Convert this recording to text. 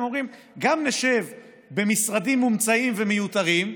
אתם אומרים: גם נשב במשרדים מומצאים ומיותרים,